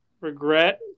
regret